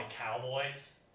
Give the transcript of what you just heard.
Cowboys